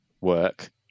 work